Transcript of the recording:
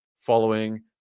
following